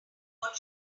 what